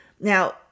Now